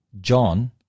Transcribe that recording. John